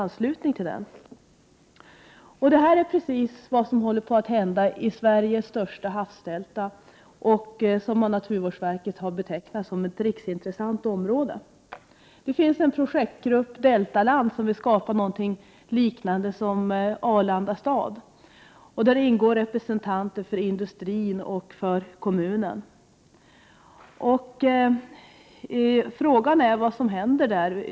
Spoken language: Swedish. Detta är precis vad som håller på att hända i Sveriges största havsdelta, som av naturvårdsverket har betecknats som ett område av riksintresse. Det finns en projektgrupp, Deltaland, som vill skapa någonting liknande Arlanda stad. Däri ingår representanter för industrin och kommunen. Frågan är vad som händer där.